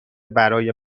برای